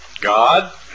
God